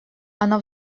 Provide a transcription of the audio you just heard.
она